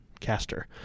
caster